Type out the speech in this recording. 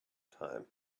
time